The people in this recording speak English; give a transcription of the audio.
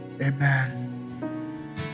Amen